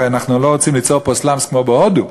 הרי אנחנו לא רוצים ליצור פה סלאמס כמו בהודו,